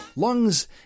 Lungs